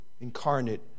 incarnate